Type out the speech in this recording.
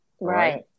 right